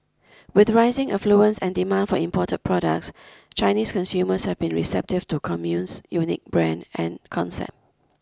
with rising affluence and demand for imported products Chinese consumers have been receptive to Commune's unique brand and concept